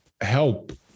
help